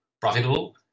profitable